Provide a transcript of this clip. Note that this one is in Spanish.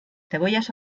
cebollas